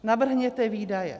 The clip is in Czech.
Navrhněte výdaje.